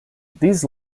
these